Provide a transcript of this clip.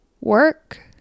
work